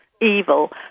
evil